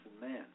man